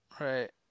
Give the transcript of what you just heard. right